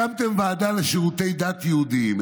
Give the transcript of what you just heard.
הקמתם ועדה לשירותי דת יהודיים.